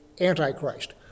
Antichrist